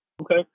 Okay